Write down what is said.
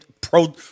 Pro